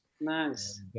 Nice